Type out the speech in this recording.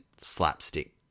slapstick